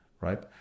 right